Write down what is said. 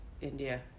India